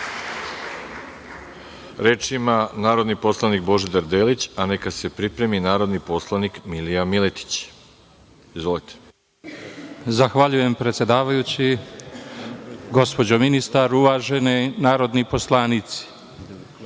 Reč ima narodni poslanik Božidar Delić, a neka se pripremi narodni poslanik Milija Miletić. Izvolite. **Božidar Delić** Zahvaljujem predsedavajući. Gospođo ministar, uvaženi narodni poslanici,